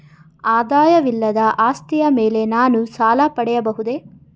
ಆದಾಯವಿಲ್ಲದ ಆಸ್ತಿಯ ಮೇಲೆ ನಾನು ಸಾಲ ಪಡೆಯಬಹುದೇ?